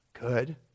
Good